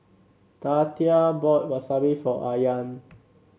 Tatia bought Wasabi for Ayaan